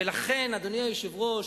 ולכן, אדוני היושב-ראש,